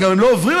אם הם לא עוברים,